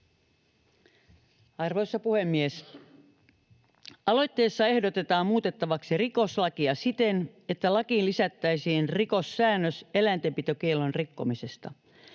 Arvoisa puhemies! Aloitteessa ehdotetaan muutettavaksi rikoslakia siten, että lakiin lisättäisiin rikossäännös eläintenpitokiellon rikkomisesta.